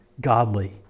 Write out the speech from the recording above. godly